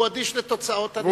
שהוא אדיש לתוצאות הנהיגה שלו.